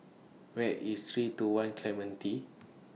Where IS three two one Clementi